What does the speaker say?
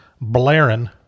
blaring